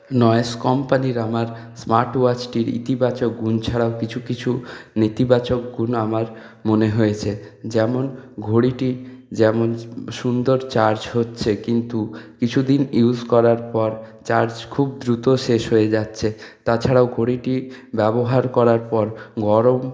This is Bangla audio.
নয়েস কোম্পানির আমার স্মার্ট ওয়াচটির ইতিবাচক গুণ ছাড়াও কিছু কিছু নেতিবাচক গুণ আমার মনে হয়েছে যেমন ঘড়িটি যেমন সুন্দর চার্জ হচ্ছে কিন্তু কিছুদিন ইউজ করার পর চার্জ খুব দ্রুত শেষ হয়ে যাচ্ছে তাছাড়াও ঘড়িটি ব্যবহার করার পর গরম